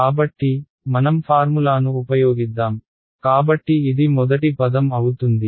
కాబట్టి మనం ఫార్ములాను ఉపయోగిద్దాం కాబట్టి ఇది మొదటి పదం అవుతుంది